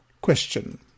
Question